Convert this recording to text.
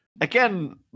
Again